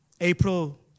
April